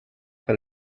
per